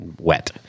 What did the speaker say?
wet